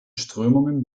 strömungen